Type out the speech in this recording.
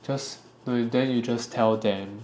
just do then you just tell them